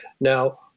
Now